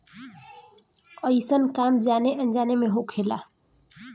अइसन काम जाने अनजाने मे होखेला